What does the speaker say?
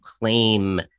claim